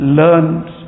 learned